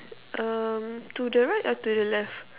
um to the right or to the left